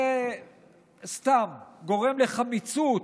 זה סתם גורם לחמיצות,